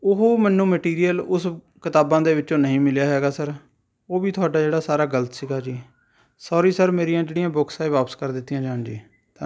ਉਹ ਮੈਨੂੰ ਮਟੀਰੀਅਲ ਉਸ ਕਿਤਾਬਾਂ ਦੇ ਵਿੱਚੋਂ ਨਹੀਂ ਮਿਲਿਆ ਹੈਗਾ ਸਰ ਉਹ ਵੀ ਤੁਹਾਡਾ ਜਿਹੜਾ ਸਾਰਾ ਗਲਤ ਸੀਗਾ ਜੀ ਸੋਰੀ ਸਰ ਮੇਰੀਆਂ ਜਿਹੜੀਆਂ ਬੁਕਸ ਆ ਇਹ ਵਾਪਸ ਕਰ ਦਿੱਤੀਆਂ ਜਾਣ ਜੀ ਧੰਨ